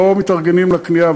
לא מתארגנים לקנייה,